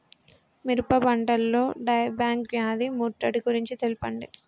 మిరప పంటలో die back వ్యాధి ముట్టడి గురించి తెల్పండి?